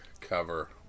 cover